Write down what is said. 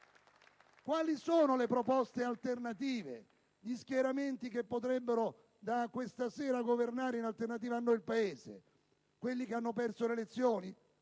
Quali sono le proposte alternative, gli schieramenti che da questa sera potrebbero governare in alternativa il Paese? Quelli che hanno perso le elezioni?